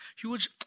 huge